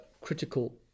critical